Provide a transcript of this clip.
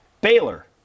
Baylor